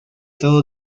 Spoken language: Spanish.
todo